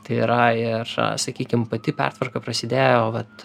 tai yra ir sakykim pati pertvarka prasidėjo vat